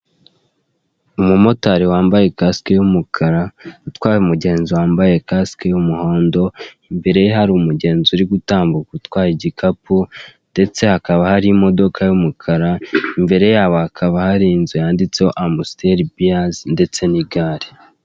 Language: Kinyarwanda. Umumotari wambaye kasike y'umukara utwaye umugenzi wambaye kasike y'umuhondo imbere ye hari umugenzi uri gutambuka utwaye igikapu ndetse hakaba hari imodoka y'umukara imbere yabo hakaba hari inzu yanditseho amusiteri biyazi ndetse n'igare.